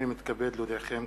הנני מתכבד להודיעכם,